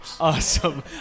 Awesome